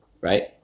right